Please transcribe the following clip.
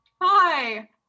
Hi